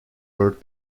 earth